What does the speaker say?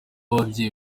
ababyeyi